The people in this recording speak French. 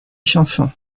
chansons